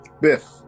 Biff